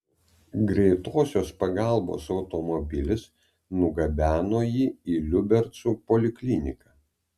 greitosios pagalbos automobilis nugabeno jį į liubercų polikliniką